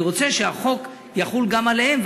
אני רוצה שהחוק יחול גם עליהם,